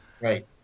right